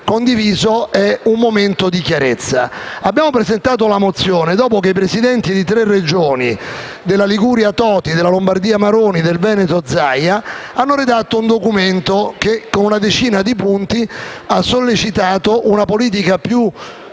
rappresenta un momento di chiarezza. Abbiamo presentato la mozione dopo che i Presidenti di tre Regioni - Toti della Liguria, Maroni della Lombardia e Zaia del Veneto - hanno redatto un documento che, con una decina di punti, ha sollecitato una politica più